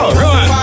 run